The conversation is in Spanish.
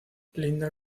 linda